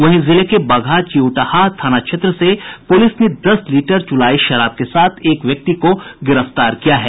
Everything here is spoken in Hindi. वहीं जिले के बगहा चिउटाहा थाना क्षेत्र से पुलिस ने दस लीटर चुलाई शराब के साथ एक व्यक्ति को गिरफ्तार किया है